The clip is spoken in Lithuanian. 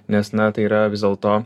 nes na tai yra vis dėlto